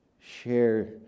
share